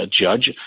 judge